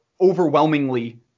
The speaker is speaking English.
overwhelmingly